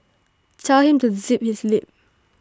tell him to zip his lip